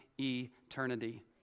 Eternity